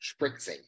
spritzing